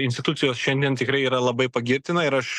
institucijos šiandien tikrai yra labai pagirtina ir aš